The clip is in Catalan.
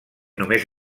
només